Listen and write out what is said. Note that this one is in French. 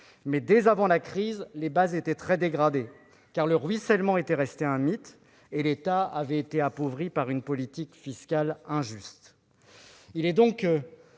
Mais dès avant la crise, les bases étaient très dégradées, car le « ruissellement » était resté un mythe et l'État avait été appauvri par une politique fiscale injuste.